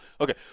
Okay